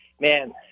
man